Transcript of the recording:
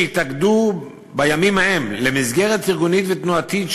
שהתאגדו בימים ההם למסגרת ארגונית ותנועתית,